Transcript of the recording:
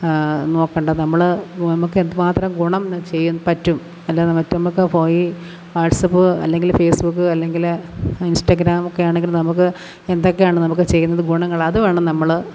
നോക്കേണ്ട നമ്മൾ നമുക്ക് എന്തുമാത്രം ഗുണം ചെയ്യാൻ പറ്റും എന്തെങ്കിലും പറ്റുമ്പോൾ ഒക്കെ പോയി വാട്സ്ആപ്പ് അല്ലെങ്കിൽ ഫേസ്ബുക്ക് അല്ലെങ്കിൽ ഇൻസ്റ്റാഗ്രാം ഒക്കെ ആണെങ്കിൽ നമുക്ക് എന്തൊക്കെയാണ് നമുക്ക് ചെയ്യുന്നത് ഗുണങ്ങൾ അത് വേണം നമ്മൾ